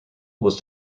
was